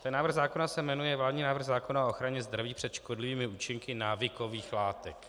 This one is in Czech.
Ten návrh zákona se jmenuje vládní návrh zákona o ochraně zdraví před škodlivými účinky návykových látek.